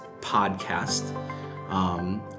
podcast